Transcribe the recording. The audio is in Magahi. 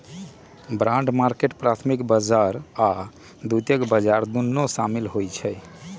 बॉन्ड मार्केट में प्राथमिक बजार आऽ द्वितीयक बजार दुन्नो सामिल होइ छइ